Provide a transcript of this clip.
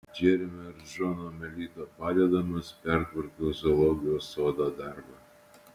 džeremio ir džono melito padedamas pertvarkiau zoologijos sodo darbą